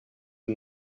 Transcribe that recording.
who